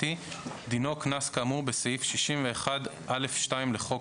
דינו, קנס כאמור בסעיף 61(א)(2) לחוק